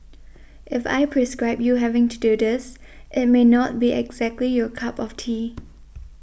if I prescribe you having to do this it may not be exactly your cup of tea